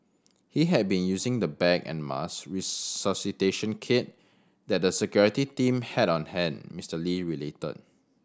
he had been using the bag and mask resuscitation kit that the security team had on hand Mister Lee related